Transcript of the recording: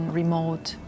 remote